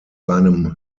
seinem